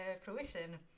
fruition